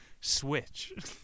switch